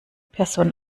person